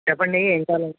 చెప్పండి ఏమి కావాలండి